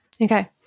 Okay